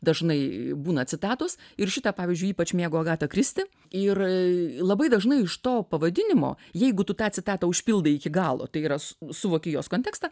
dažnai būna citatos ir šitą pavyzdžiui ypač mėgo agata kristi ir labai dažnai iš to pavadinimo jeigu tu tą citatą užpildai iki galo tai yra suvoki jos kontekstą